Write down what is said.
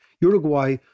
Uruguay